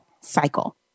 cycle